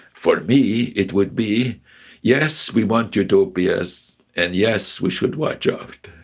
for me it would be yes, we want utopias, and yes, we should watch out.